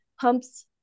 pumps